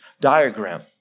diagram